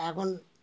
এখন